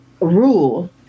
rule